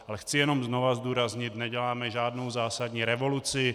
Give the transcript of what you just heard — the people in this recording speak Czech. Ale chci jenom znovu zdůraznit, neděláme žádnou zásadní revoluci.